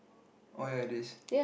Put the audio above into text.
oh ya it is